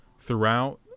throughout